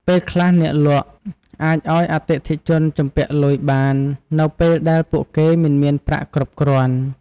ពេលខ្លះអ្នកលក់អាចឱ្យអតិថិជនជំពាក់លុយបាននៅពេលដែលពួកគេមិនមានប្រាក់គ្រប់គ្រាន់។